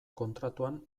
kontratuan